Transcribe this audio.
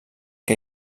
que